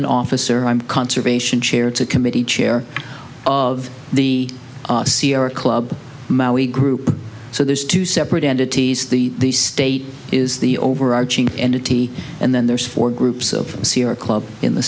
an officer i'm conservation chair it's a committee chair of the sierra club maoi group so there's two separate entities the state is the overarching entity and then there's four groups of sierra club in the